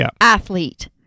athlete